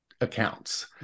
accounts